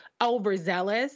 overzealous